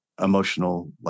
emotional